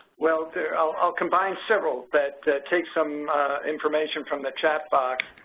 well, i'll combine several that takes some information from the chat box.